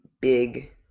big